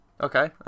okay